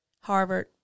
Harvard